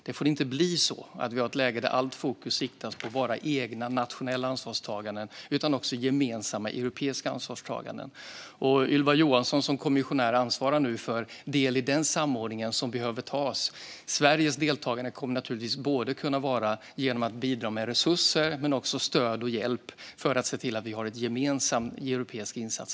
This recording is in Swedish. Det får inte bli så att allt fokus riktas mot våra egna nationella ansvarstaganden; det finns också gemensamma europeiska ansvarstaganden. Ylva Johansson ansvarar nu som kommissionär för en del av den samordning som behöver göras. Sverige kommer att kunna delta genom att bidra med resurser men också genom att ge stöd och hjälp för att se till att vi gör en gemensam europeisk insats.